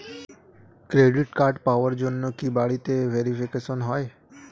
Credit card পাওয়ার জন্য কি বাড়িতে ভেরিফিকেশন হয়?